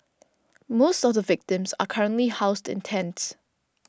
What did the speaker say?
most of the victims are currently housed in tents